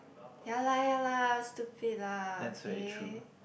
ya lah ya lah stupid lah okay